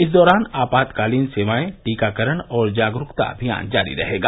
इस दौरान आपातकालीन सेवाएं टीकाकरण और जागरूकता अभियान जारी रहेगा